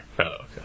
okay